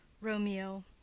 Romeo